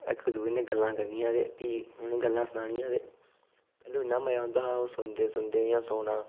इक दुए ने गल्लां करनियां ते फ्ही उ'नें गल्लां सनानियां ते अदूं इन्ना मजा आंदा हा ओह् सुनदे सुनदे इ'यां सौना